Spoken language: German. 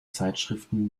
zeitschriften